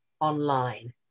online